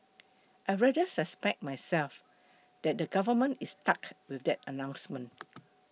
I rather suspect myself that the government is stuck with that announcement